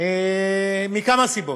מכמה סיבות: